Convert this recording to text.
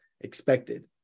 expected